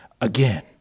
again